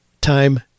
time